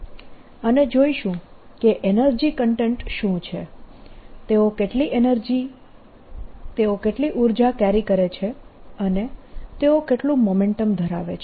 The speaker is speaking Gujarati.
અને જોઈશું કે એનર્જી કન્ટેન્ટ શું છે તેઓ કેટલી ઊર્જા કેરી કરે છે અને તેઓ કેટલું મોમેન્ટમ ધરાવે છે